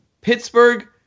Pittsburgh